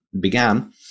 Began